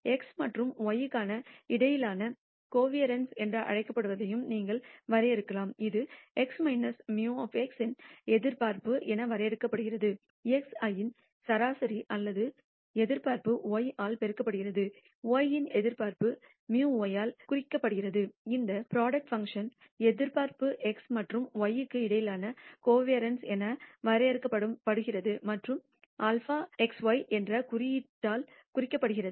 X மற்றும் y க்கு இடையிலான கோவாரன்ஸ் என்று அழைக்கப்படுவதையும் நீங்கள் வரையறுக்கலாம் இது x μx இன் எதிர்பார்ப்பு என வரையறுக்கப்படுகிறது xi இன் சராசரி அல்லது எதிர்பார்ப்பு y ஆல் பெருக்கப்படுகிறது y இன் எதிர்பார்ப்பு μ y ஆல் குறிக்கப்படுகிறது இந்த புரோடக்ட் பங்க்ஷன் எதிர்பார்ப்பு x மற்றும் y க்கு இடையிலான கோவாரன்ஸ் என வரையறுக்கப்படுகிறது மற்றும் σxy என்ற குறியீட்டால் குறிக்கப்படுகிறது